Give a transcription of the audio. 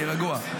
תהיה רגוע.